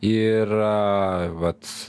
yra vat